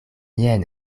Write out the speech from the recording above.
jen